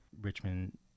Richmond